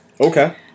Okay